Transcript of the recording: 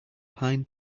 pine